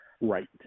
Right